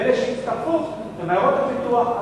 ואלה שהצטרפו הם מעיירות הפיתוח,